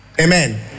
Amen